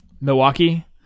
Milwaukee